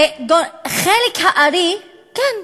כן,